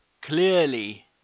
Clearly